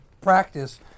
practice